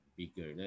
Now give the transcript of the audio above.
bigger